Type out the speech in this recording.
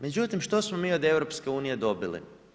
Međutim, što smo mi od EU dobili?